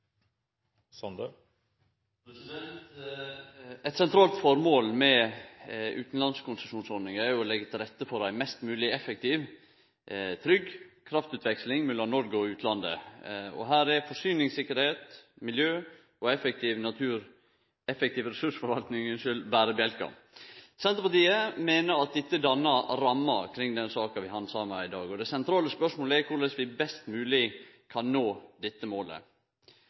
konsesjonsbetingelsene. Eit sentralt formål med utanlandskonsesjonsordninga er å leggje til rette for ei mest mogleg effektiv og trygg kraftutveksling mellom Noreg og utlandet. Her er forsyningssikkerheit, miljø og effektiv ressursforvalting berebjelkar. Senterpartiet meiner at dette dannar ramma kring den saka vi handsamar i dag – og det sentrale spørsmålet er korleis vi best mogeleg kan nå dette målet.